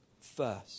first